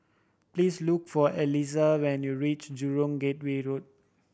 please look for Elyse when you reach Jurong Gateway Road